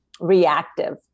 reactive